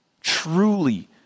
truly